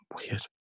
Weird